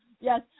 Yes